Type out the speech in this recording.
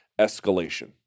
Escalation